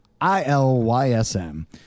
I-L-Y-S-M